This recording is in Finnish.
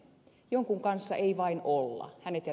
jonkun kanssa ei vain olla